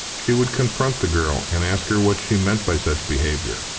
she would confront the girl and ask her what she meant by such behaviour.